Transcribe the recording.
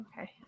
okay